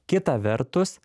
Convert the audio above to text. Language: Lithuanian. kita vertus